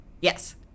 Yes